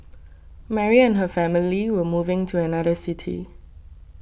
Mary and her family were moving to another city